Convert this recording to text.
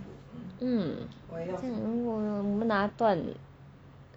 嗯我们拿断